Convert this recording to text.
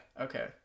Okay